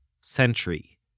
century